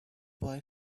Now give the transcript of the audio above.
boy